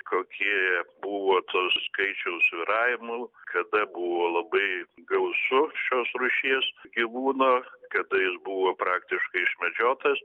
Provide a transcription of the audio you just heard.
kokie buvo to skaičiaus svyravimų kada buvo labai gausu šios rūšies gyvūno kada jis buvo praktiškai išmedžiotas